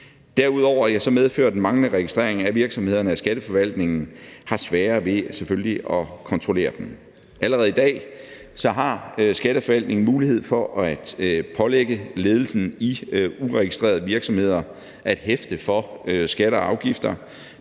Derudover medfører den manglende registrering af virksomhederne, at Skatteforvaltningen selvfølgelig har svært ved at kontrollere dem. Allerede i dag har Skatteforvaltningen mulighed for at pålægge ledelsen i uregistrerede virksomheder at hæfte for skatter og afgifter,